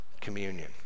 communion